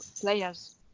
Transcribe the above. players